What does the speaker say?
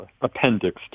appendix